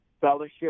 fellowship